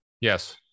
Yes